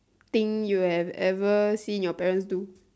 thing you have ever seen your parents do